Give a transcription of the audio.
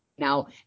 Now